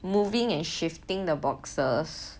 moving and shifting the boxes